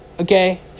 Okay